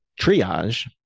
triage